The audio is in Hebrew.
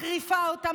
מחריפה אותה,